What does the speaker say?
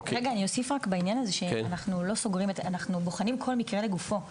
אני אוסיף בעניין הזה שאנחנו בוחנים כל מקרה לגופו.